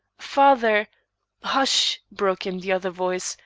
father hush! broke in the other voice,